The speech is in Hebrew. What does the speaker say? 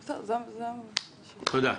תודה.